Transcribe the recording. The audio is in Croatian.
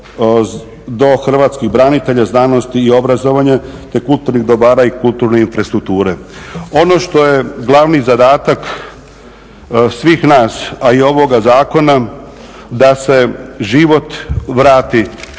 do hrvatskih branitelja, znanosti i obrazovanja, te kulturnih dobara i kulturne infrastrukture. Ono što je glavni zadatak svih nas, a i ovoga zakona da se život vrati